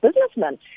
businessmen